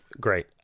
Great